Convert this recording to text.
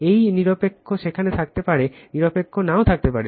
এই নিরপেক্ষ সেখানে থাকতে পারে নিরপেক্ষ নাও থাকতে পারে